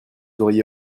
auriez